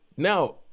Now